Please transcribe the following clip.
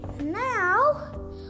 Now